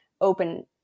open